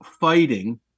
fighting